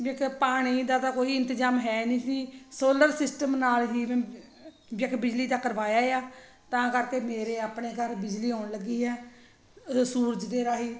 ਇਕ ਪਾਣੀ ਦਾ ਤਾਂ ਕੋਈ ਇੰਤਜ਼ਾਮ ਹੈ ਨਹੀਂ ਸੀ ਸੋਲਰ ਸਿਸਟਮ ਨਾਲ ਹੀ ਇੱਕ ਬਿਜਲੀ ਦਾ ਕਰਵਾਇਆ ਆ ਤਾਂ ਕਰਕੇ ਮੇਰੇ ਆਪਣੇ ਘਰ ਬਿਜਲੀ ਆਉਣ ਲੱਗੀ ਹੈ ਸੂਰਜ ਦੇ ਰਾਹੀਂ